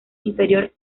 inferior